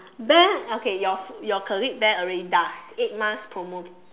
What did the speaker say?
then okay your your colleague then already does eight months promo